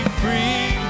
free